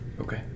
Okay